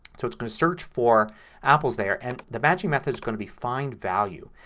so it's going to search for apples there and the matching method is going to be find value.